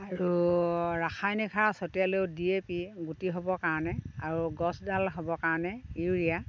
আৰু ৰাসায়নিক সাৰ ছটিয়ালেও ডি এ' পি গুটি হ'বৰ কাৰণে আৰু গছডাল হ'বৰ কাৰণে ইউৰিয়া